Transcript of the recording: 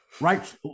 right